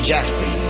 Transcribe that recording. Jackson